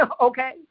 okay